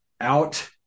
out